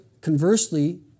conversely